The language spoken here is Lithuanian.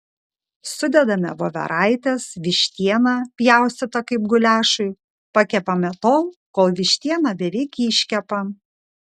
sudedame voveraites vištieną pjaustytą kaip guliašui pakepame tol kol vištiena beveik iškepa